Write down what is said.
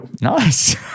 Nice